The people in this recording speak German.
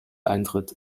eintritt